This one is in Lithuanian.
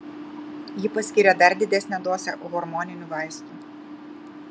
ji paskyrė dar didesnę dozę hormoninių vaistų